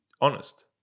honest